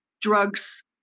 drugs